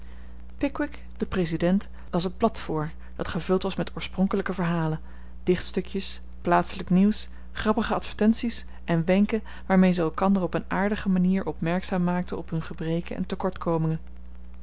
de president las het blad voor dat gevuld was met oorspronkelijke verhalen dichtstukjes plaatselijk nieuws grappige advertenties en wenken waarmee ze elkander op een aardige manier opmerkzaam maakten op hun gebreken en tekortkomingen